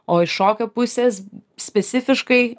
o iš šokio pusės specifiškai